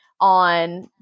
on